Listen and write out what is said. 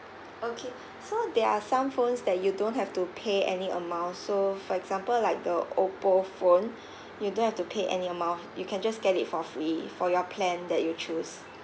okay so there are some phones that you don't have to pay any amount so for example like the Oppo phone you don't have to pay any amount you can just get it for free for your plan that you choose